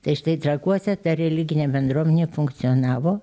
tai štai trakuose ta religinė bendruomenė funkcionavo